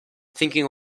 thinking